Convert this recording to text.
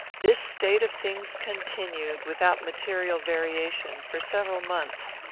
this state of things continued, without material variation, for several months.